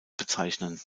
bezeichnen